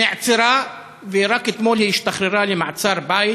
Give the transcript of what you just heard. נעצרה, ורק אתמול היא השתחררה למעצר-בית,